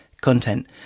content